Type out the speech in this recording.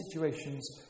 situations